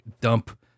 dump